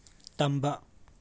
ꯇꯝꯕ